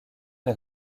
les